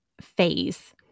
phase